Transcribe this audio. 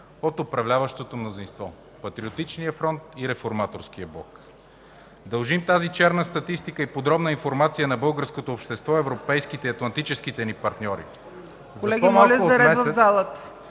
от управляващото мнозинство – Патриотичния фронт и Реформаторския блок. Дължим тази черна статистика и подробна информация на българското общество, на европейските и атлантическите ни партньори.